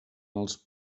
els